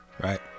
right